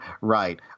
right